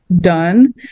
done